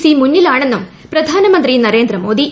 C മുന്നിലാണെന്നും പ്രധാനമന്ത്രി നരേന്ദ്രമോദി